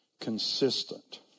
consistent